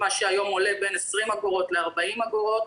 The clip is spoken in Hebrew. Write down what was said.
מה שעולה היום בין 20 אגורות לבין 40 אגורות.